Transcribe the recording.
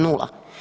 Nula.